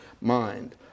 mind